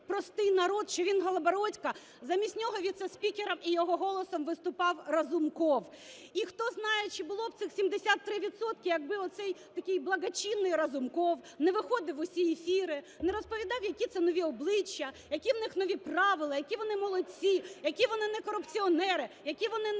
простий народ, що він Голобородько, замість нього віце-спікером і його голосом виступав Разумков. І хто знає, чи було б цих 73 відсотки, якби оцей такий благочинний Разумков не виходив у всі ефіри, не розповідав, які це нові обличчя, які в них нові правила, які вони молодці, які вони некорупціонери, які вони